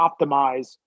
optimize